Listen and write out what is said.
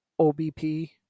OBP